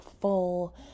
full